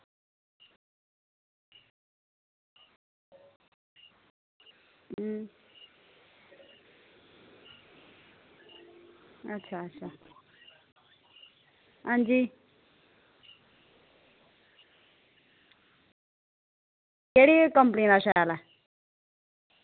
अं अच्छा अच्छा अंजी केह्ड़ी कंपनी दा शैल ऐ